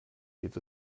geht